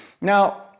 Now